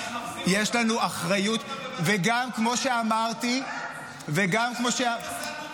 יש לנו אחריות, וגם כמו שאמרתי --- הינה, הם פה.